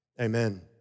amen